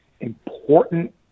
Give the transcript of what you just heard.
important